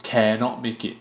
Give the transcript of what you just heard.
cannot make it